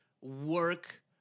work